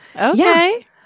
Okay